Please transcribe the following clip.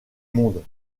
monde